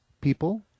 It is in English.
people